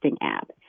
app